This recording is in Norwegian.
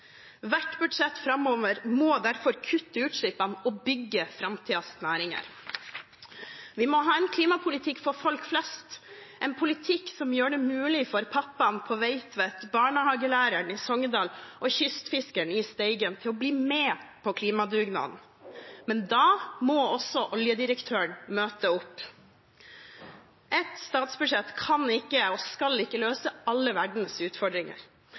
Hvert budsjett framover må derfor kutte utslippene og bygge framtidens næringer. Vi må ha en klimapolitikk for folk flest, en politikk som gjør det mulig for pappaen på Veitvet, barnehagelæreren i Sogndal og kystfiskeren i Steigen å bli med på klimadugnaden. Men da må også oljedirektøren møte opp. Ett statsbudsjett kan ikke og skal ikke løse alle verdens utfordringer,